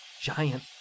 giant